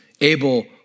Abel